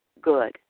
good